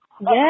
Yes